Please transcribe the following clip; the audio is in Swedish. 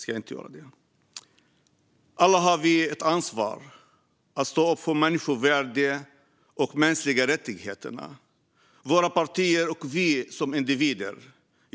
Vi har alla ett ansvar för att stå upp för människovärdet och de mänskliga rättigheterna. Det gäller våra partier och oss som individer.